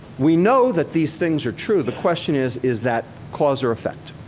we know that these things are true. the question is, is that cause or effect?